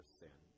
sin